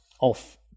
off